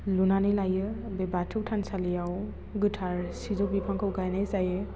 लुनानै लायो बे बाथौ थानसालियाव गोथार सिजौ बिफांखौ गायनाय जायो